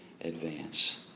advance